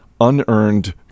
unearned